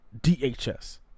dhs